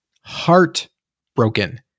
heartbroken